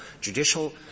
judicial